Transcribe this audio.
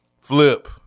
flip